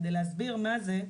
כדי להסביר מה זה,